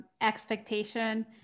expectation